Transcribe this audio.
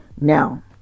Now